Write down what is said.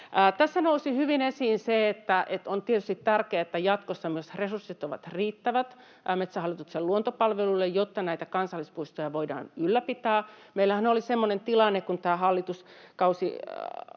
Tässä nousi hyvin esiin, että on tietysti tärkeää, että jatkossa resurssit ovat riittävät Metsähallituksen luontopalveluille, jotta näitä kansallispuistoja voidaan ylläpitää. Meillähän oli semmoinen tilanne, kun tämä hallituskausi